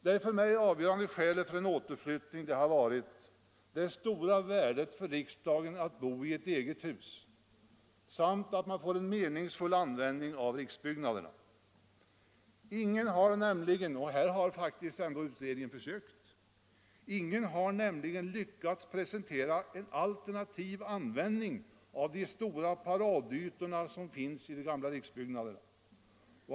De för mig avgörande skälen för en återflyttning har varit det stora värdet för riksdagen att bo i ett eget hus samt att man får en meningsfull användning av riksbyggnaderna. Ingen har nämligen — och utredningen har ändå gjort försök i den riktningen — lyckats presentera en alternativ användning av de stora paradytor som finns i de gamla riksbyggnaderna.